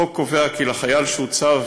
החוק קובע כי לחייל שהוצב